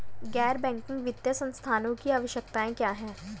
गैर बैंकिंग वित्तीय संस्थानों की विशेषताएं क्या हैं?